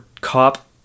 cop